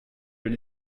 bin